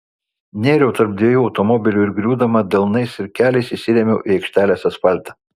nėriau tarp dviejų automobilių ir griūdama delnais ir keliais įsirėmiau į aikštelės asfaltą